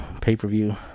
pay-per-view